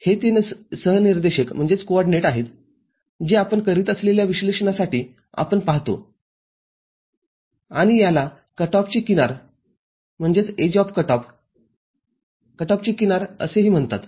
हे ते सहनिर्देशक आहेत जे आपण करीत असलेल्या विश्लेषणासाठी आपण पाहतो आणि याला कट ऑफची किनारकट ऑफची किनारअसेही म्हणतात